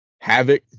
Havoc